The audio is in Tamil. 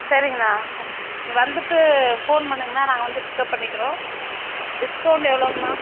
சரிங்கணா சரிங்க நீங்கள் வந்துட்டு ஃபோன் பண்ணுங்கண்ணா நாங்கள் வந்துட்டு பிக்கப் பண்ணிக்கிறோம் டிஸ்கௌண்ட் எவ்வளோங்கணா